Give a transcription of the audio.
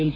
L